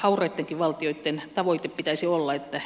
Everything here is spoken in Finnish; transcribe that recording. aure teki valtioitten tavoite pitäisi olla että